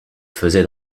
faisait